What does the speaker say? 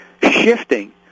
shifting